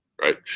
Right